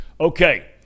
Okay